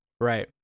right